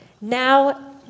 now